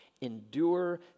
Endure